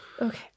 Okay